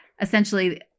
essentially